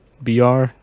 BR